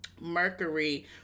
Mercury